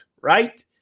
Right